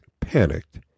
panicked